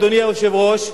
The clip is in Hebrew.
אדוני היושב-ראש,